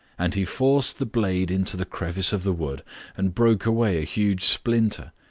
and he forced the blade into the crevice of the wood and broke away a huge splinter,